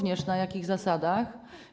Na jakich zasadach?